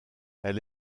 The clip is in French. elle